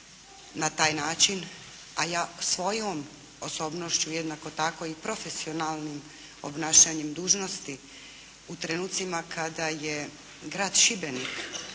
na taj način, a ja svojom osobnošću jednako tako i profesionalnim obnašanjem dužnosti u trenucima kada je grad Šibenik